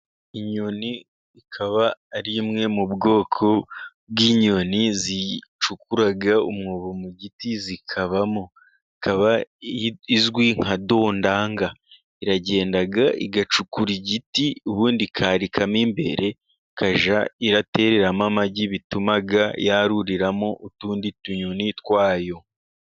Inyoni ikaba ari imwe mu bwoko bw'inyoni, zicukura umwobo mu giti zikabamo, ikaba izwi nka Dondanga iragenda igacukura igiti, ubundi ikarikamo imbere ikajya itereramo amagi, bituma yaruriramo utundi tunyoni twayo.